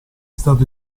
stato